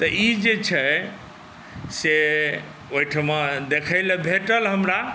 तऽ ई जे छै से ओहिठमा देखै लेल भेटल हमरा